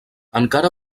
encara